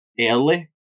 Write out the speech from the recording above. early